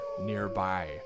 nearby